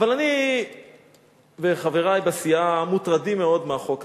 אני וחברי בסיעה מוטרדים מאוד מהחוק הזה.